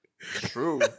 True